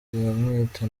bamwita